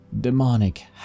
demonic